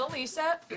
Lisa